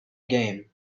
game